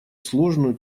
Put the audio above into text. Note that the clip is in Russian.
сложную